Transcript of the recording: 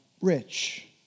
rich